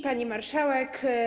Pani Marszałek!